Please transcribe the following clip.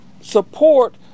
support